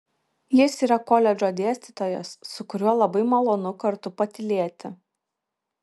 jis yra koledžo dėstytojas su kuriuo labai malonu kartu patylėti